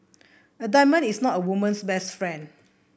a diamond is not a woman's best friend